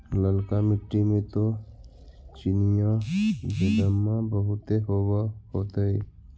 ललका मिट्टी मे तो चिनिआबेदमां बहुते होब होतय?